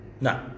No